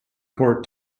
court